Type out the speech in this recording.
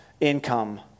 income